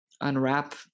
unwrap